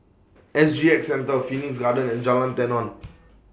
S G X Centre Phoenix Garden and Jalan Tenon